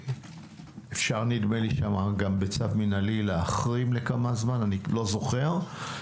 אפשר גם בצו מינהלי להחרים לכמה זמן, איני זוכר.